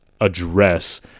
address